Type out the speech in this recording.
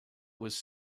was